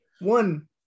One